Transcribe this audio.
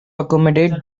accommodate